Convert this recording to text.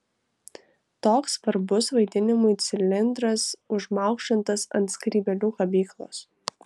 toks svarbus vaidinimui cilindras užmaukšlintas ant skrybėlių kabyklos